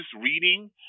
reading